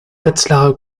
wetzlar